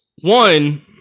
one